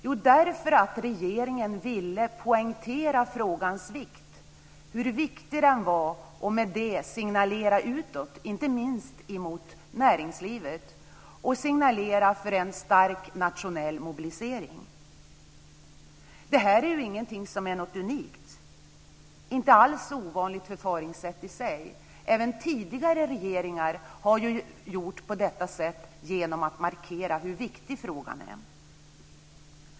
Jo, därför att regeringen ville poängtera frågans vikt. Regeringen ville poängtera hur viktig den var och med det signalera utåt, inte minst mot näringslivet, för en stark nationell mobilisering. Det här är ingenting som är unikt. Det är inte alls ett ovanligt förfaringssätt i sig. Även tidigare regeringar har gjort på detta sätt genom att markera hur viktig frågan är.